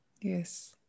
Yes